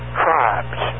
tribes